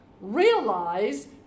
realize